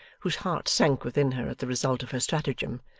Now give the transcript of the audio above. whose heart sank within her at the result of her stratagem,